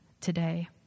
today